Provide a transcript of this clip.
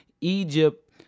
Egypt